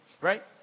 right